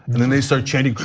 and then they start chanting,